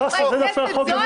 חבר הכנסת, זו